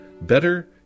Better